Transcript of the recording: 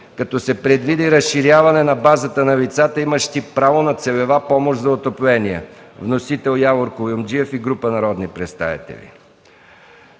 като се предвиди разширяване на базата на лицата, имащи право на целева помощ за отопление, внесен от Явор Куюмджиев и група народни представители.